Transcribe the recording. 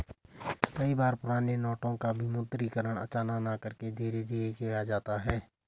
कई बार पुराने नोटों का विमुद्रीकरण अचानक न करके धीरे धीरे किया जाता है